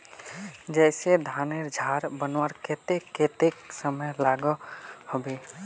जैसे धानेर झार बनवार केते कतेक समय लागोहो होबे?